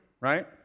right